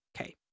Okay